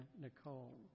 Nicole